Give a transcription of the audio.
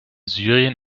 syrien